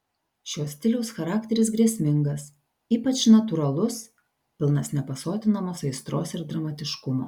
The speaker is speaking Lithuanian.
šio stiliaus charakteris grėsmingas ypač natūralus pilnas nepasotinamos aistros ir dramatiškumo